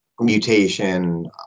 mutation